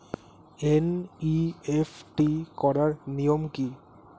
NEFT করার নিয়ম কী?